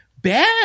bad